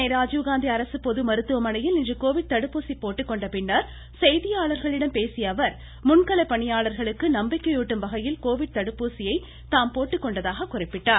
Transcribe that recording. சென்னை ராஜீவ்காந்தி அரசு பொது மருத்துவமனையில் இன்று கோவிட் தடுப்பூசி போட்டுக்கொண்ட பின்னா் செய்தியாளா்களிடம் பேசிய அவா் முன்கள பணியாளர்களுக்கு நம்பிக்கையூட்டும் வகையில் கோவிட் தடுப்பூசியை தாம் போட்டுக்கொண்டதாக குறிப்பிட்டார்